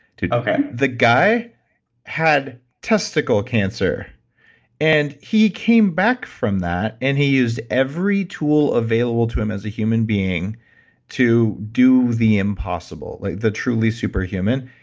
okay the guy had testicle cancer and he came back from that and he used every tool available to him as a human being to do the impossible, like the truly superhuman.